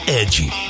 edgy